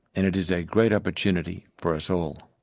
and it is a great opportunity for us all.